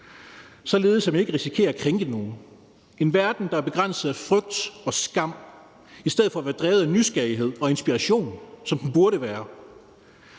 således at man ikke risikerer at krænke nogen; en verden, der er begrænset af frygt og skam i stedet for at være drevet af nysgerrighed og inspiration, som den burde være.